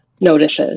notices